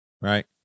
Right